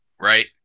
right